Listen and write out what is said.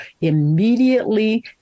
immediately